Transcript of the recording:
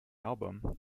album